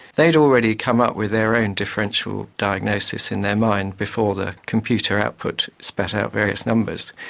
they had already come up with their own differential diagnosis in their mind before the computer output spat out various numbers.